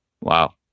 Wow